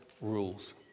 rules